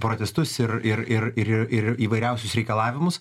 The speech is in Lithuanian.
protestus ir ir ir ir ir įvairiausius reikalavimus